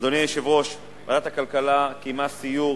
אדוני היושב-ראש, ועדת הכלכלה קיימה סיור